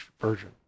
Version